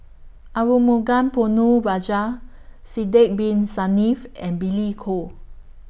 Arumugam Ponnu Rajah Sidek Bin Saniff and Billy Koh